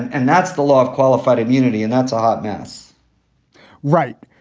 and that's the law of qualified immunity. and that's a hot mess right.